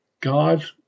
God